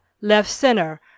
left-center